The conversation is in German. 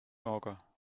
mager